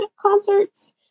concerts